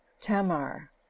Tamar